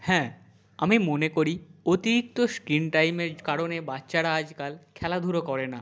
হ্যাঁ আমি মনে করি অতিরিক্ত স্ক্রিন টাইমের কারণে বাচ্চারা আজকাল খেলাধুলো করে না